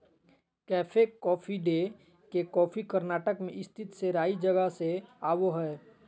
cafe Coffee Day के coffee Karnataka मे स्थित सेराई जगह से आवो हय